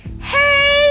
hey